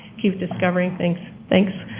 keep discovering things. thanks.